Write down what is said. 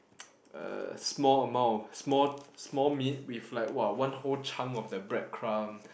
uh small amount of small small meat with like !wah! one whole chunk of the breadcrumb